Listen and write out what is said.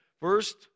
First